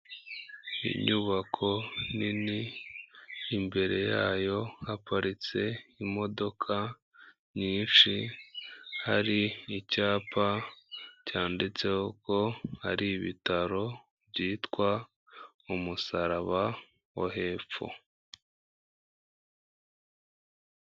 Inyubako nini, imbere yayo haparitse imodoka nyinshi, hari icyapa cyanditseho ko ari ibitaro byitwa, Umusaraba wo hepfo.